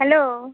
hello